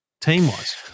team-wise